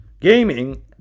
gaming